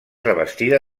revestida